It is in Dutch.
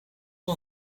wel